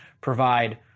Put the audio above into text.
provide